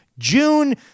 June